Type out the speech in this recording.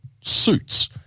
suits